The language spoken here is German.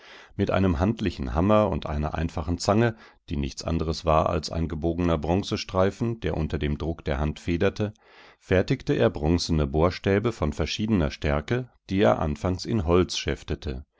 mit einem handlichen hammer und einer einfachen zange die nichts anderes war als ein gebogener bronze streifen der unter dem druck der hand federte fertigte er bronzene bohrstäbe von verschiedener stärke die er anfangs in holz schäftete